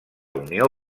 unió